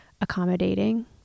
accommodating